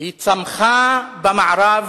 היא צמחה במערב